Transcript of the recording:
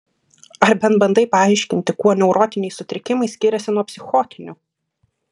ar bent bandai paaiškinti kuo neurotiniai sutrikimai skiriasi nuo psichotinių